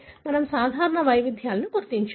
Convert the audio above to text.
మనము సాధారణ వైవిధ్యాలను గుర్తించాలి